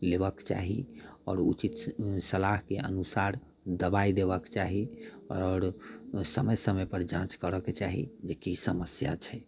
लेबऽके चाही आओर उचित सलाहके अनुसार दबाइ देबऽके चाही आओर समय समयपर जाँच करऽके चाही जे कि समस्या छै